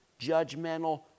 judgmental